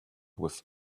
with